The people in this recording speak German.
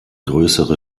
größere